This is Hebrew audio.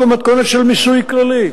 או במתכונת של מיסוי כללי,